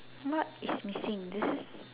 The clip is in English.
what is missing this is